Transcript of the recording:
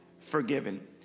forgiven